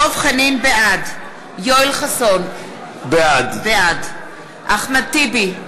בעד יואל חסון, בעד אחמד טיבי,